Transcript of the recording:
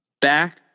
back